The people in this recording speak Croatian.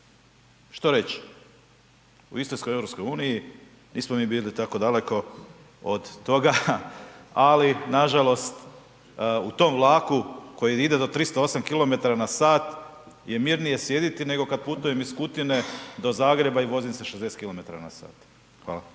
se ne razumije/… EU nismo mi bili tako daleko od toga, ali nažalost u tom vlaku koji ide do 308 km/h je mirnije sjediti nego kad putujem iz Kutine do Zagreba i vozim se 60 km/h. Hvala.